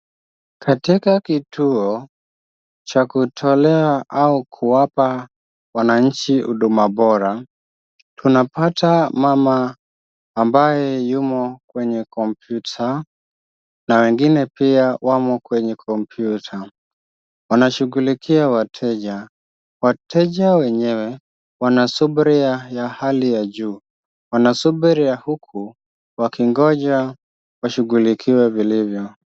Katika kituo cha kutolea au kuwapa wananchi huduma bora. Tunapata mama ambaye yumo kwenye kompyuta na wengine pia wamo kwenye kompyuta. Wanashughulikia wateja. Wateja wenyewe wanasubira ya hali ya juu, wanasubiria huku wakingonja washughulikiwe vilivyo.